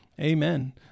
Amen